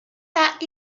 that